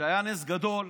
שהיה נס גדול,